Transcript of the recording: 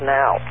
now